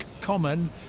Common